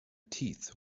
teeth